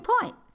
point